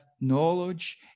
knowledge